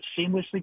seamlessly